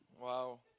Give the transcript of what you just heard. Wow